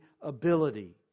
ability